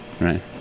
right